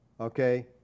Okay